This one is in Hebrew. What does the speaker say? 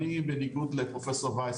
אני בניגוד לפרופ' וייס,